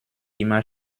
immer